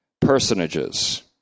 personages